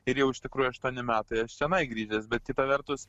ir jau iš tikrųjų aštuoni metai aš čionai grįžęs bet kita vertus